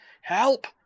Help